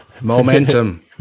momentum